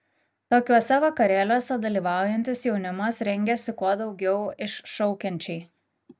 tokiuose vakarėliuose dalyvaujantis jaunimas rengiasi kuo daugiau iššaukiančiai